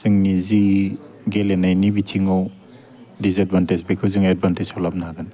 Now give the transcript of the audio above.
जोंनि जि गेलेनायनि बिथिङाव दिजएदभान्टेज बेखौ जोङो एदभान्टेजखौ लाबोनो हागोन